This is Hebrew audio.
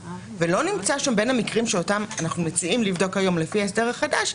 ובין המקרים שאותם אנחנו מציעים לבדוק לפי ההסדר החדש,